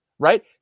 right